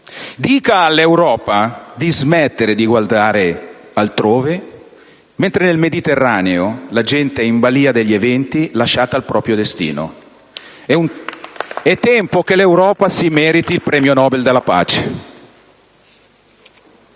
dica all'Europa di smettere di guardare altrove, mentre nel Mediterraneo la gente è in balia degli eventi, lasciata al proprio destino. *(Applausi dal Gruppo LN-Aut).* È tempo che l'Europa si meriti il premio Nobel per la pace.